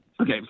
Okay